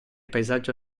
paesaggio